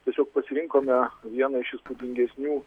tiesiog pasirinkome vieną iš įspūdingesnių